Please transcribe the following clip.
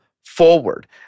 forward